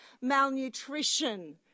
malnutrition